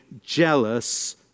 jealous